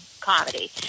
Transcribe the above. comedy